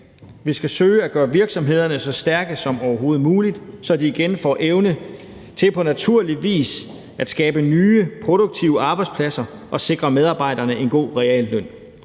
»Vi skal søge at gøre virksomhederne så stærke som overhovedet muligt, så de igen får evne til på naturlig vis at skabe nye, produktive arbejdspladser og sikre medarbejderne en god realløn.